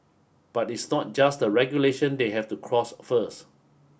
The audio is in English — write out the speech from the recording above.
but it's not just the regulation they have to cross first